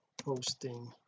posting